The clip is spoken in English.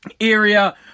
area